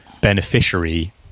beneficiary